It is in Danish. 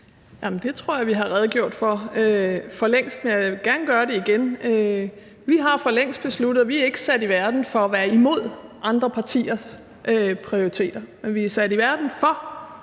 Det tror jeg at vi har redegjort for for længst, men jeg vil gerne gøre det igen. Vi har for længst besluttet, at vi ikke er sat i verden for at være imod andre partiers prioriteter, men vi er sat i verden for